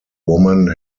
woman